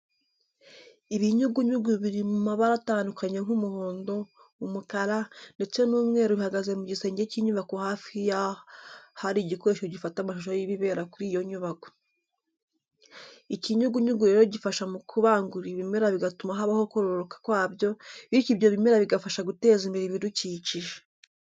Ibinyugunyugu biri mu mabara atandukanye nk'umuhondo, umukara ndetse n'umweru bihagaze mu gisenge cy'inyubako hafi y'ahari igikoresho gifata amashusho y'ibibera kuri iyo nyubako. Ikinyugunyugu rero gifasha mu kubangurira ibimera bigatuma habaho kororoka kwabyo bityo ibyo bimera bigafasha guteza imbere ibidukikije.